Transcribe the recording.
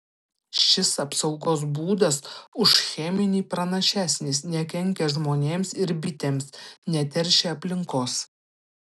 šis apsaugos būdas už cheminį pranašesnis nekenkia žmonėms ir bitėms neteršia aplinkos